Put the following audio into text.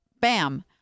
bam